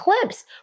clips